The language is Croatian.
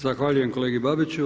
Zahvaljujem kolegi Babiću.